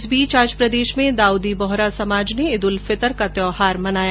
इस बीच आज प्रदेश में दाउदी बोहरा समाज ने ईद उल फितर का त्यौहार मनाया